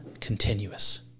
continuous